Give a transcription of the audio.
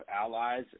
allies